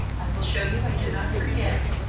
i will show you i do not forget.